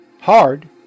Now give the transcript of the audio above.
hard